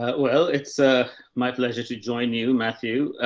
ah well, it's ah, my pleasure to join you matthew,